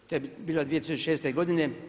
To je bilo 2006. godine.